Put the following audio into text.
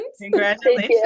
Congratulations